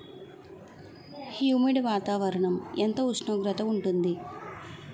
Humid వాతావరణం ఎంత ఉష్ణోగ్రత ఉంటుంది?